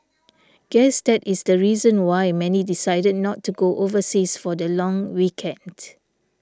guess that is the reason why many decided not to go overseas for the long weekend